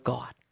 God